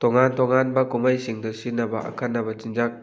ꯇꯣꯉꯥꯟ ꯇꯣꯉꯥꯟꯕ ꯀꯨꯝꯍꯩꯁꯤꯡꯗ ꯁꯤꯖꯤꯟꯅꯕ ꯑꯈꯟꯅꯕ ꯆꯤꯟꯖꯥꯛ